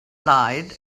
lied